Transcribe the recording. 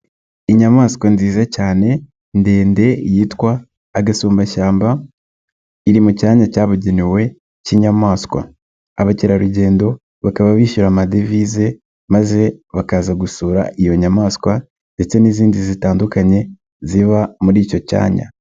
Inyamaswa nziza cyane ndende yitwa agasumbashyamba iri mu cyanya cyabugenewe cy'inyamaswa, abakerarugendo bakaba bishyura amadevize maze bakaza gusura iyo nyamaswa ndetse n'izindi zitandukanye ziba muri icyo cyanya.